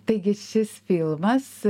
taigi šis filmas